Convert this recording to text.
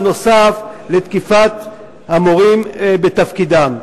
נוסף על תקיפת המורים בתפקידם.